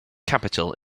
capital